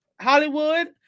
Hollywood